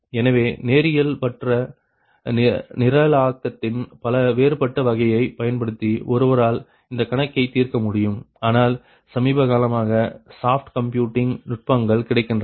எனவே நேரியல்பற்ற நிரலாக்கத்தின் பல வேறுபட்ட வகையை பயன்படுத்தி ஒருவரால் இந்த கணக்கை தீர்க்க முடியும் ஆனால் சமீபகாலமாக சாஃப்ட் கம்ப்யூட்டிங் நுட்பங்கள் கிடைக்கின்றன